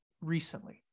recently